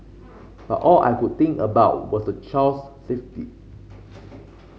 but all I could think about was the child's safety